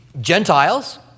Gentiles